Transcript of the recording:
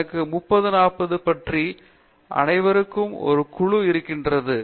எனக்கு 30 40 பற்றி அனைவருக்கும் ஒரு குழு இருக்கிறது